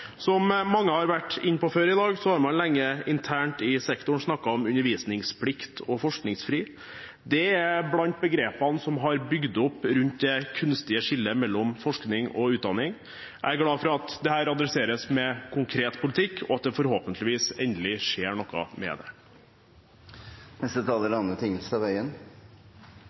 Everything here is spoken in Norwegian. Som mange har vært inne på før i dag, har man internt i sektoren lenge snakket om «undervisningsplikt» og «forskningsfri». Det er blant begrepene som har bygd opp om det kunstige skillet mellom forskning og utdanning. Jeg er glad for at dette adresseres med konkret politikk, og at det forhåpentligvis endelig skjer noe med det. Jeg har lyst til å si at jeg tror det er